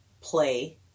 play